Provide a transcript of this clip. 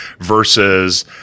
versus